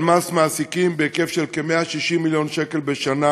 מס מעסיקים בהיקף של כ-160 מיליון שקל בשנה